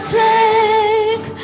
take